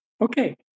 Okay